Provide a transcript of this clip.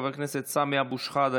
חבר הכנסת סמי אבו שחאדה,